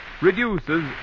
reduces